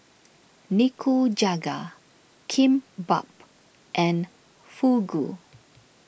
Nikujaga Kimbap and Fugu